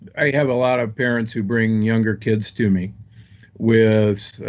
i have a lot of parents who bring younger kids to me with